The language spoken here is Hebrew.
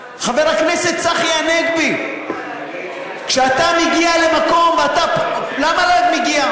חבר הכנסת צחי הנגבי, כשאתה מגיע למקום, למה מגיע?